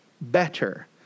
better